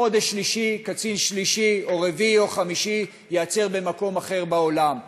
ובחודש שלישי קצין שלישי או רביעי או חמישי ייעצר במקום אחר בעולם.